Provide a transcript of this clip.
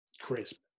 crisp